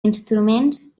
instruments